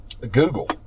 Google